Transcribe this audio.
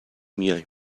میایم